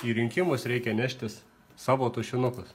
į rinkimus reikia neštis savo tušinukus